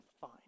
fine